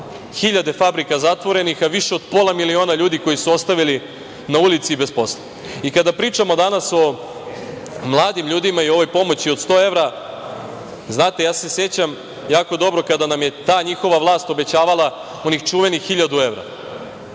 hiljade fabrika zatvorenih, više od pola miliona ljudi koje su ostavili na ulici i bez posla. Kada pričamo danas o mladim ljudima i o ovoj pomoći od 100 evra, znate sećam se jako dobro kada nam je ta njihova vlast obećavala onih čuvenih 1000 evra.